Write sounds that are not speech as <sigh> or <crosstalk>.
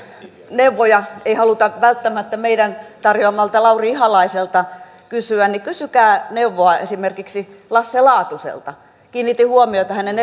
neuvoja ei haluta välttämättä meidän tarjoamaltamme lauri ihalaiselta kysyä niin kysykää neuvoa esimerkiksi lasse laatuselta kiinnitin huomiota hänen <unintelligible>